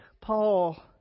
Paul